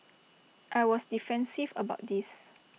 I was defensive about this